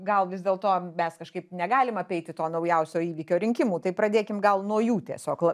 gal vis dėlto mes kažkaip negalim apeiti to naujausio įvykio rinkimų tai pradėkim gal nuo jų tiesiog la